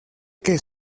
que